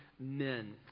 Men